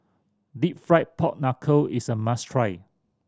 Deep Fried Pork Knuckle is a must try